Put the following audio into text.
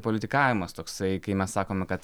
politikavimas toksai kai mes sakome kad